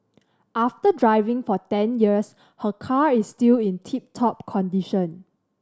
after driving for ten years her car is still in tip top condition